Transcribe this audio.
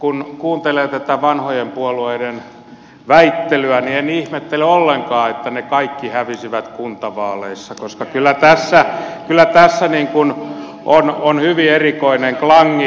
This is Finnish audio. kun kuuntelee tätä vanhojen puolueiden väittelyä en ihmettele ollenkaan että ne kaikki hävisivät kuntavaaleissa koska kyllä tässä on hyvin erikoinen klangi